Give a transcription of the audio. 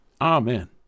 Amen